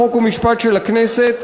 חוק ומשפט של הכנסת,